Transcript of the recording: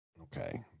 Okay